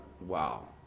wow